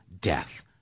death